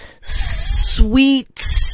sweet